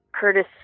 Curtis